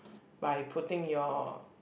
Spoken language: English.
by putting your